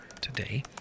today